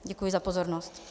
Děkuji za pozornost.